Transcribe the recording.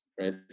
right